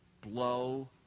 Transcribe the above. blow